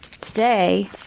Today